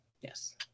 Yes